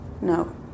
No